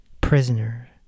Prisoner